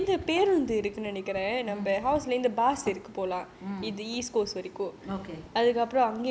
mm mm